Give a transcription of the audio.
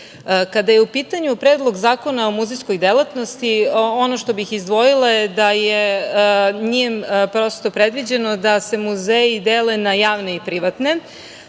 je u pitanju Predlog zakona o muzejskoj delatnosti, ono što bih izdvojila je da je njim predviđeno da se muzeji dele na javne i privatne.